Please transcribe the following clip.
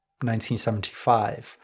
1975